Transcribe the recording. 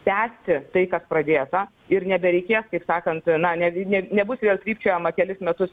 tęsti tai kas pradėta ir nebereikės kaip sakant na negi nebus vėl trypčiojama kelis metus